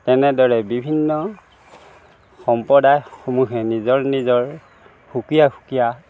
তেনেদৰে বিভিন্ন সম্প্ৰদায়সমূহে নিজৰ নিজৰ সুকীয়া সুকীয়া